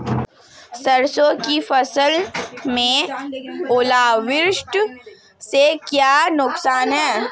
सरसों की फसल में ओलावृष्टि से क्या नुकसान है?